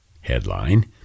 Headline